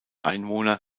einwohner